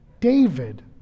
David